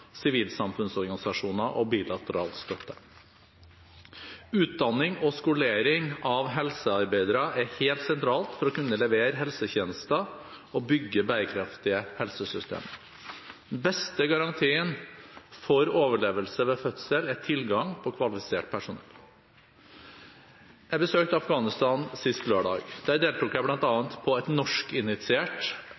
sivilsamfunnsorganisasjoner og bilateral støtte. Utdanning og skolering av helsearbeidere er helt sentralt for å kunne levere helsetjenester og bygge bærekraftige helsesystem. Den beste garantien for overlevelse ved fødsel er tilgang på kvalifisert personell. Jeg besøkte Afghanistan sist lørdag. Der deltok jeg